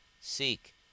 seek